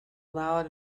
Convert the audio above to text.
loud